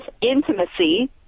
intimacy